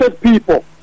people